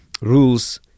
rules